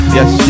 Yes